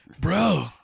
Bro